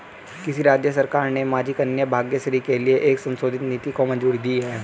किस राज्य सरकार ने माझी कन्या भाग्यश्री के लिए एक संशोधित नीति को मंजूरी दी है?